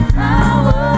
power